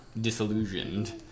disillusioned